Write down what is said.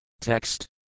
Text